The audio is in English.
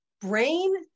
brain